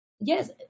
yes